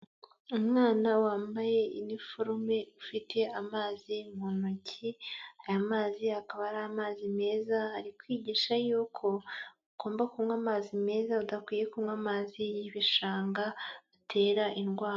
Umwana wambaye iniforume ufite amazi mu ntoki, aya mazi akaba ari amazi meza, arikwigisha yuko ugomba kunywa amazi meza udakwiye kunywa amazi y'ibishanga atera indwara.